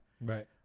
Right